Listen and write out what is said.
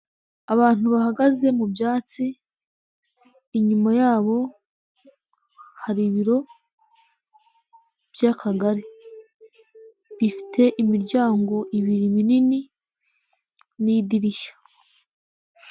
Abantu bahagaze mu byatsi, inyuma yabo hari ibiro by'akagari bifite imiryango ibiri minini n'idirishya.